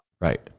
Right